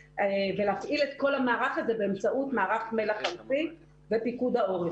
ולהפעיל את כל המערך הזה באמצעות מערך מל"ח ארצי ופיקוד העורף.